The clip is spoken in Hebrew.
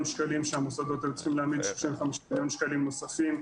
שקלים כשהמוסדות היו צריכים להעמיד 35 מיליון שקלים נוספים,